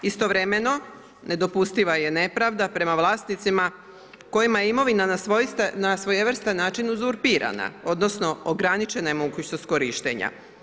Istovremeno nedopustiva je nepravda prema vlasnicima kojima je imovina na svojevrstan način uzurpirana, odnosno ograničena je mogućnost korištenja.